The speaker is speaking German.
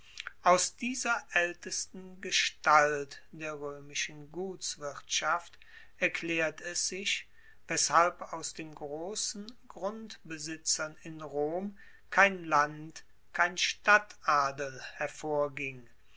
aus dieser aeltesten gestalt der roemischen gutswirtschaft erklaert es sich weshalb aus den grossen grundbesitzern in rom ein land kein stadtadel hervorging